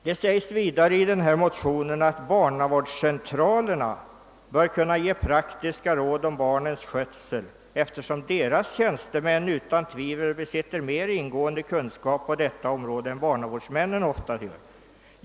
Det sägs vidare i motionen, att barnavårdscentralerna bör kuna ge praktiska råd om barnens skötsel, »eftersom deras tjänstemän utan tvivel besitter mer ingående kunskap på detta område än barnavårdsmännen oftast gör».